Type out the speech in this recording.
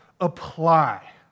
apply